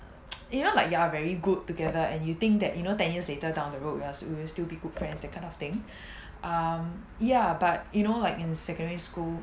you know like you are very good together and you think that you know ten years later down the road you are still will still be good friends that kind of thing um yeah but you know like in secondary school